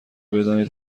بدانید